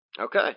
Okay